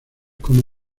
como